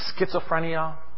schizophrenia